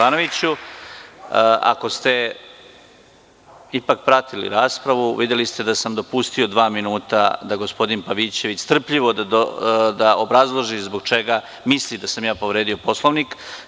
Ako ste pratili raspravu, videli ste da sam dopustio dva minuta strpljivo da gospodin Pavićević obrazloži zbog čega misli da sam ja povredio Poslovnik.